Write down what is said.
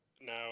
now